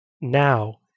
now